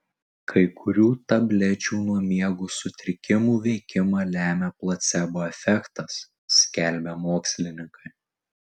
kai kurių tablečių nuo miego sutrikimų veikimą lemią placebo efektas skelbia mokslininkai